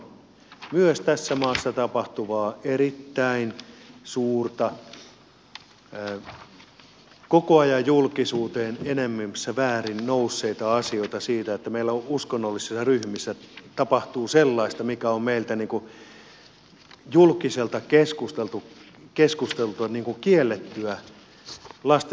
myös tässä maassa koko ajan julkisuuteen enenevissä määrin nousseita asioita siitä että meillä uskonnollisissa ryhmissä tapahtuu sellaista mikä on meiltä julkiselta keskustelulta kiellettyä lasten hyväksikäyttöä